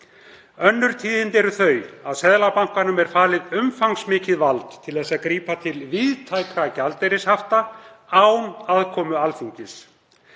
Önnur tíðindi eru þau að Seðlabankanum er falið umfangsmikið vald til að grípa til víðtækra gjaldeyrishafta án aðkomu Alþingis.